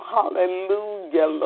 Hallelujah